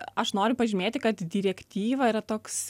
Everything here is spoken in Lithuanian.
aš noriu pažymėti kad direktyva yra toks